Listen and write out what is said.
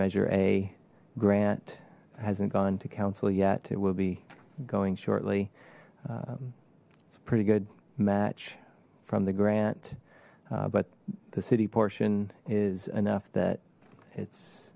measure a grant hasn't gone to council yet it will be going shortly it's a pretty good match from the grant but the city portion is enough that it's